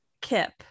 Kip